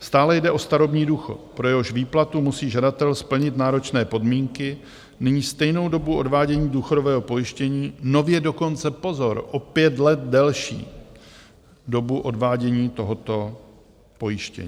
Stále jde o starobní důchod, pro jehož výplatu musí žadatel splnit náročné podmínky, nyní stejnou dobu odvádění důchodového pojištění, nově dokonce pozor, o pět let delší dobu odvádění tohoto pojištění.